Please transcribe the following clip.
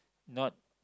not